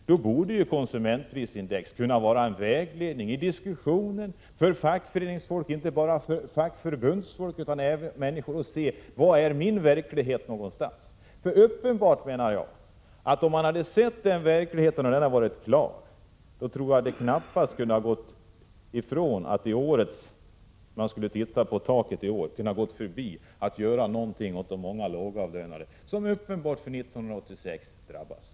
Då borde ju konsumentprisindex kunna vara en vägledning i diskussionen för fackföreningsfolk och även för andra människor och hjälpa dem att se hur deras verklighet ser ut. Om man sett den verkligheten tror jag knappast att man i år hade kunnat låta bli att göra något åt de många lågavlönade som uppenbarligen drabbades 1986.